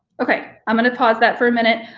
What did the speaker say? okay, i'm gonna pause that for a minute.